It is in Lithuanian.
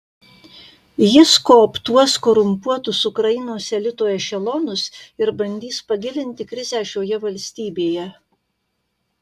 jis kooptuos korumpuotus ukrainos elito ešelonus ir bandys pagilinti krizę šioje valstybėje